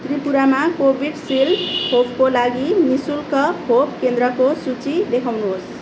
त्रिपुरामा कोभिसिल्ड खोपको लागि नि शुल्क खोप केन्द्रको सुची देखाउनुहोस्